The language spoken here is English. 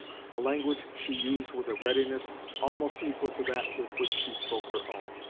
a language she used with a readiness almost equal to that with which she spoke her own.